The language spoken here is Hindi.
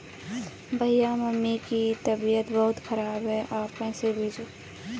भैया मम्मी की तबीयत बहुत खराब है आप पैसे भेजो